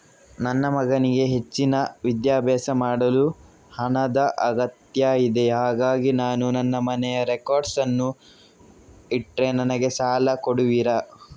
ನನ್ನ ಮಗನಿಗೆ ಹೆಚ್ಚಿನ ವಿದ್ಯಾಭ್ಯಾಸ ಮಾಡಲು ಹಣದ ಅಗತ್ಯ ಇದೆ ಹಾಗಾಗಿ ನಾನು ನನ್ನ ಮನೆಯ ರೆಕಾರ್ಡ್ಸ್ ಅನ್ನು ಇಟ್ರೆ ನನಗೆ ಸಾಲ ಕೊಡುವಿರಾ?